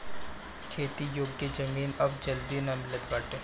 खेती योग्य जमीन अब जल्दी ना मिलत बाटे